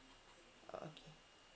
oh okay